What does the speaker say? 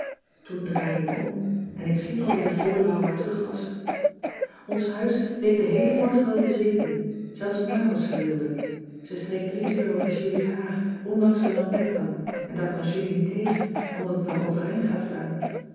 toen draaide ik me om en ik sliep alweer voor laura terug was ons huis leek den heelen morgen wel bezeten zelfs ma was verwilderd ze streek drie keer over julies haar ondanks de lampetkan en daar kan julie niet tegen omdat het dan overeind gaat staan